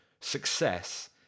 success